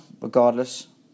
regardless